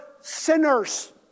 sinners